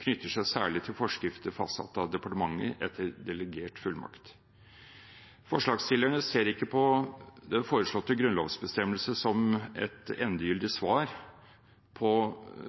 knytter seg særlig til forskrifter fastsatt av departementet etter delegert fullmakt. Forslagsstillerne ser ikke på den foreslåtte grunnlovsbestemmelse som et endegyldig svar på